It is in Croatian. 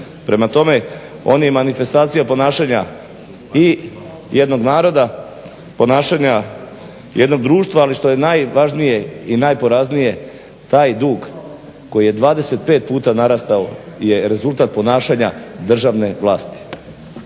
Prema tome, on je manifestacija ponašanja i jednog naroda, ponašanja jednog društva ali što je najvažnije i najporaznije taj dug koji je 25 puta narastao je rezultat ponašanja državne vlasti.